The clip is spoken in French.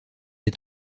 est